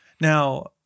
Now